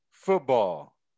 Football